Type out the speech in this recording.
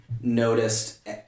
noticed